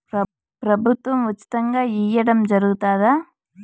ప్రభుత్వం ఉచితంగా ఇయ్యడం జరుగుతాదా?